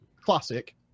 Classic